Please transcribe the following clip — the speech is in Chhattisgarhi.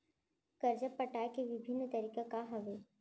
करजा पटाए के विभिन्न तरीका का हवे?